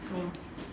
so